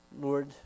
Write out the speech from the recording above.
Lord